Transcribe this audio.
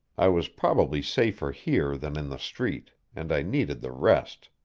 i was probably safer here than in the street, and i needed the rest.